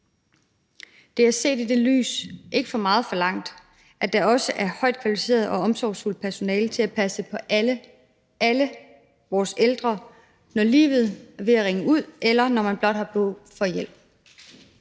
Det er set i det lys ikke for meget forlangt, at der også er højt kvalificeret og omsorgsfuldt personale til at passe på alle vores ældre, når livet er ved at rinde ud, eller når man blot har brug for hjælp.